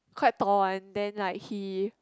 quite tall one then like he